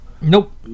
Nope